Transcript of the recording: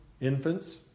infants